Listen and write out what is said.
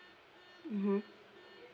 mmhmm